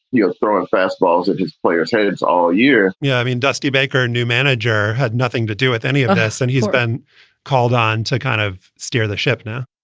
you know, throwing fastballs at his players heads all year yeah. i mean, dusty baker, new manager, had nothing to do with any of this. and he's been called on to kind of steer the ship now,